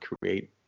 create